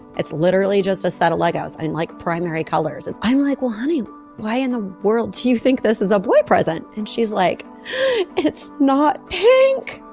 it's literally just a set of legos. and like primary colors and i'm like well honey why in the world do you think this is a boy present. and she's like it's not pink.